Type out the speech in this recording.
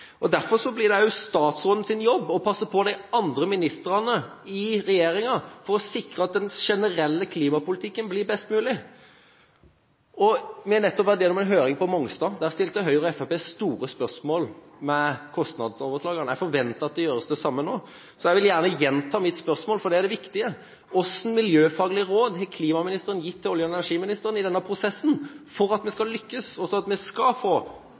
Derfor blir det også statsrådens jobb å passe på de andre ministrene i regjeringa for å sikre at den generelle klimapolitikken blir best mulig. Vi har nettopp vært gjennom en høring om Mongstad. Der stilte Høyre og Fremskrittspartiet store spørsmål om kostnadsoverslag, og jeg forventer at det gjøres det samme nå. Så jeg vil gjerne gjenta mitt spørsmål, for det er det viktige: Hvilke miljøfaglige råd har klimaministeren gitt til olje- og energiministeren i denne prosessen for at vi skal lykkes